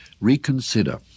reconsider